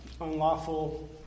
unlawful